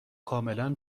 کاملا